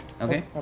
Okay